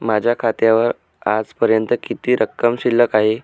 माझ्या खात्यावर आजपर्यंत किती रक्कम शिल्लक आहे?